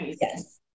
Yes